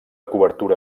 cobertura